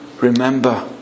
remember